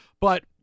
but-